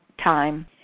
time